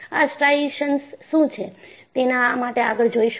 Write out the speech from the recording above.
આ સ્ટ્રાઇશન્સ શું છે તેના માટે આગળ જોઈશું